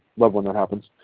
love when that happens.